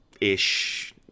Ish